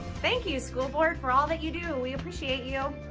thank you school board for all that you do. we appreciate you.